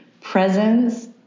presence